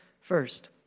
first